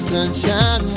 sunshine